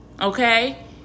okay